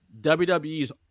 WWE's